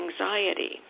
anxiety